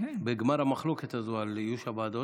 בגמר המחלוקת על איוש הוועדות.